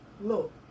Look